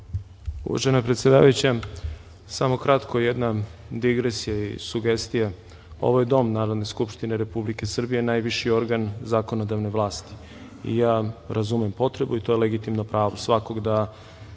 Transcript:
Uvažena predsedavajuća, samo kratko jedna digresija i sugestija. Ovo je Dom Narodne skupštine Republike Srbije, najviši organ zakonodavne vlasti i ja razumem potrebu i to je legitimno pravo svakog da